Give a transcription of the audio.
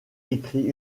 écrit